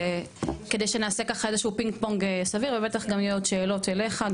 כדי שנעשה פינג פונג סביר אליך גם ממני,